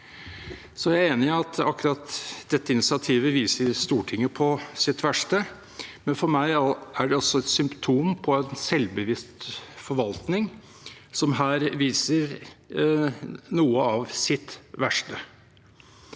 Jeg er enig i at akkurat dette initiativet viser Stortinget på sitt beste. Men for meg er det også et symptom på en selvbevisst forvaltning som her viser noe av sitt verste.